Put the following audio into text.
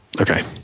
Okay